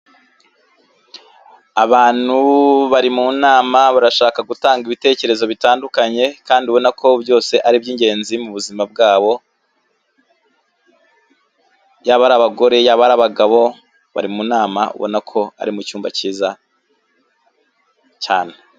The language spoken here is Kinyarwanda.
Abantu bari mu nama barashaka gutanga ibitekerezo bitandukanye kandi ubona ko byose ar'ibyingenzi mu buzima bwabo, yaba ari abagore, yaba ari abagabo bari mu nama ubona ko ari mu cyumba cyiza cyane.